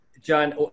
John